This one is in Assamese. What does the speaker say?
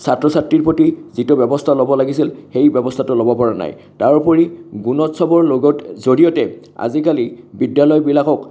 ছাত্ৰ ছাত্ৰীৰ প্ৰতি যিটো ব্যৱস্থা ল'ব লাগিছিল সেই ব্যৱস্থাটো ল'ব পৰা নাই তাৰ উপৰি গুণোৎসৱৰ লগত জৰিয়তে আজিকালি বিদ্যালয়বিলাকক